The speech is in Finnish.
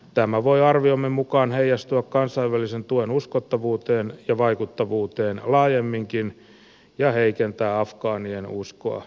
tämä voi arviomme mukaan heijastua kansainvälisen tuen uskottavuuteen ja vaikuttavuuteen laajemminkin ja heikentää afgaanien uskoa tulevaisuuteen